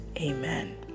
amen